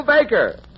Baker